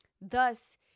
Thus